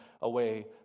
away